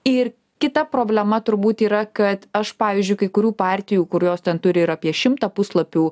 ir kita problema turbūt yra kad aš pavyzdžiui kai kurių partijų kurios ten turi ir apie šimtą puslapių